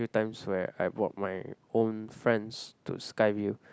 times where I brought my own friends to Skyview